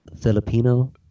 Filipino